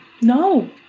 no